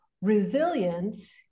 resilience